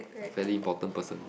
very important person